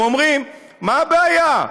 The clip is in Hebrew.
הם אומרים: מה הבעיה?